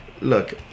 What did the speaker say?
Look